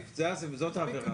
זאת העבירה.